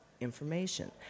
information